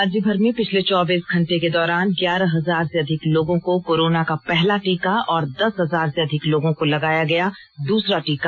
राज्यभर में पिछले चौबीस घंटे के दौरान ग्यारह हजार से अधिक लोगों को कोरोना का पहला टीका और दस हजार से अधिक लोगों को लगाया गया द्रसरा टीका